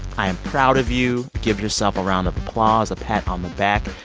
i am proud of you. give yourself a round of applause, a pat on the back.